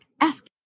ask